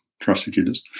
prosecutors